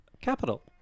Capital